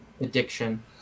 addiction